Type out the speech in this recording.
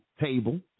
table